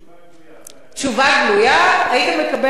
תשובה גלויה היית מקבל גם כך וגם אחרת,